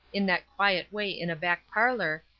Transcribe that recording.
in that quiet way in a back parlor,